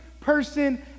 person